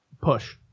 Push